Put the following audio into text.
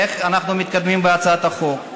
איך אנחנו מתקדמים בהצעת החוק.